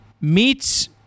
meets